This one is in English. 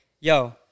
yo